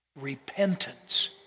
Repentance